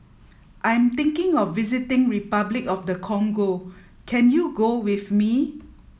I'm thinking of visiting Repuclic of the Congo can you go with me